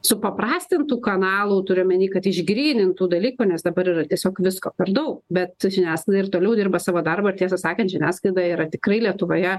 supaprastintų kanalų turiu omeny kad išgrynintų dalykų nes dabar yra tiesiog visko per daug bet žiniasklaida ir toliau dirba savo darbą ir tiesą sakant žiniasklaida yra tikrai lietuvoje